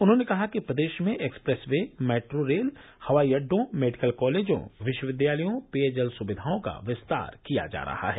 उन्होंने कहा कि प्रदेश में एक्सप्रेस वे मेट्रो रेल हवाई अड्डों मेडिकल कॉलेजों विश्वविद्यालयों पेयजल सुविधाओं का विस्तार किया जा रहा है